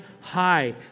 high